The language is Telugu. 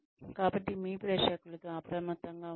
కాబట్టి మీ ప్రేక్షకులతో అప్రమత్తంగా ఉండండి